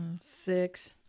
Six